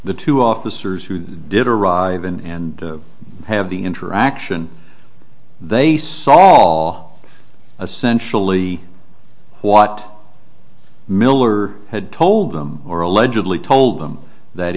the two officers who did arrive and have the interaction they saw a sensually what miller had told them or allegedly told them that